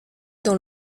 dans